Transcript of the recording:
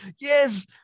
yes